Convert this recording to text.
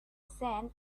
sand